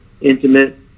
intimate